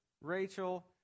Rachel